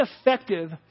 effective